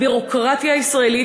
הביורוקרטיה הישראלית,